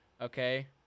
Okay